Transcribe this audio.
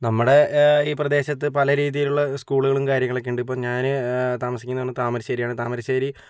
നമ്മുടെ ഈ പ്രദേശത്ത് പല രീതിയിലുള്ള സ്കൂളുകളും കാര്യങ്ങളൊക്കെയുണ്ട് ഇപ്പോൾ ഞാൻ താമസിക്കുന്നത് താമരശ്ശേരിയാണ് താമരശ്ശേരി